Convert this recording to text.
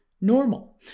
normal